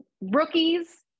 rookies